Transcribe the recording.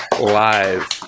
live